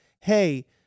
hey